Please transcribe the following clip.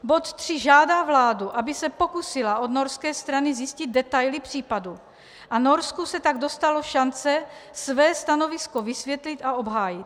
Bod 3 žádá vládu, aby se pokusila od norské strany zjistit detaily případu a Norsku se tak dostalo šance své stanovisko vysvětlit a obhájit.